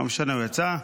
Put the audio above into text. לא משנה, הוא יצא.